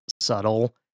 subtle